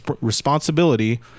responsibility